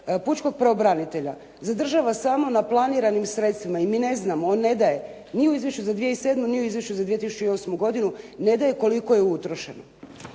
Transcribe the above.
pučkog pravobranitelja zadržava samo na planiranim sredstvima i mi ne znamo, on ne daje ni u Izvješću za 2007. ni u Izvješću za 2008. godinu ne daje koliko je utrošeno,